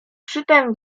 przytem